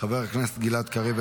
חבר הכנסת גלעד קריב,